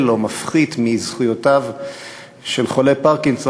או מפחית מזכויותיו של חולה פרקינסון,